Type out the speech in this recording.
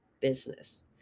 business